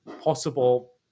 possible